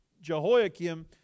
Jehoiakim